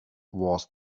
was